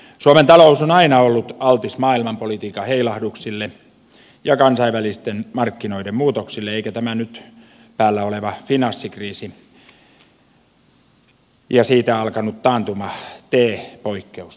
suomen talous on aina ollut altis maailmanpolitiikan heilahduksille ja kansainvälisten markkinoiden muutoksille eikä tämä nyt päällä oleva finanssikriisi ja siitä alkanut taantuma tee poikkeusta tästä